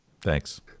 Thanks